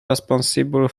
responsible